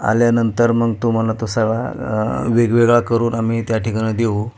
आल्यानंतर मग तो तुम्हाला तो सगळा वेगवेगळा करून आम्ही त्या ठिकाणी देऊ